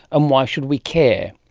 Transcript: and why should we care.